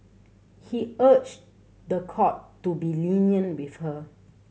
he urged the court to be lenient with her